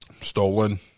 Stolen